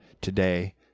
today